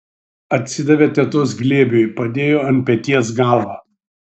atsidavė tetos glėbiui padėjo ant peties galvą